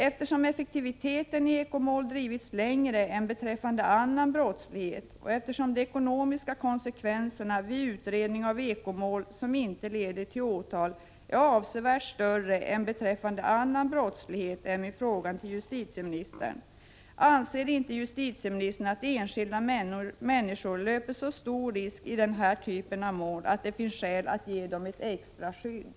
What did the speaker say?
Eftersom effektiviteten i eko-mål drivits längre än beträffande annan brottslighet och eftersom de ekonomiska konsekvenserna vid utredning av eko-mål som inte leder till åtal är avsevärt större än beträffande annan brottslighet är min fråga till justitieministern: Anser inte justitieministern att enskilda människor löper så stor risk i den här typen av mål att det finns skäl att ge dem ett extra skydd?